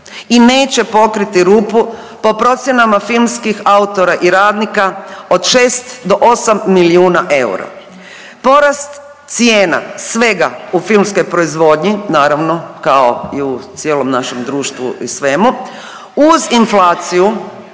i neće pokriti rupu. Po procjenama filmskih autora i radnika od 6 do 8 milijuna eura. Poraste cijena svega u filmskoj proizvodnji naravno kao i u cijelom našem društvu i svemu uz inflaciju